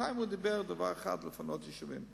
בינתיים הוא דיבר על דבר אחד: לפנות יישובים.